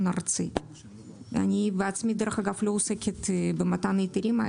אני בעצמי לא עוסקת באגף היתרים,